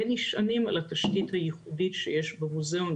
ונשענים על התשתית הייחודית שיש במוזיאון,